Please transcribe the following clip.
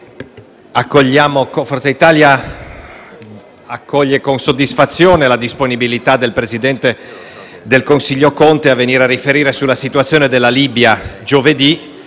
Forza Italia accoglie con soddisfazione la disponibilità del presidente del Consiglio Conte a venire a riferire giovedì in Aula sulla situazione della Libia.